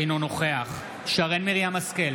אינו נוכח שרן מרים השכל,